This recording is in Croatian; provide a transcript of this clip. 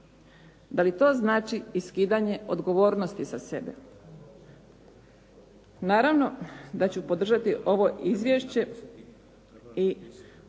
Da li to znači i skidanje odgovornosti sa sebe? Naravno da ću podržati ovo izvješće i